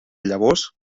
llavors